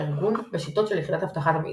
הארגון ושיטות של יחידת אבטחת המידע.